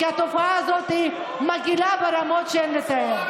כי התופעה הזאת מדאיגה ברמות שאין לתאר.